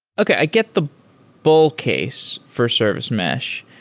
okay. i get the bull case for service mesh.